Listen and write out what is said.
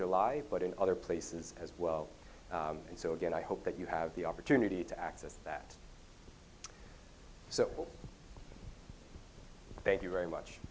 july but in other places as well and so again i hope that you have the opportunity to access that so thank you very much